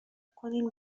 کنین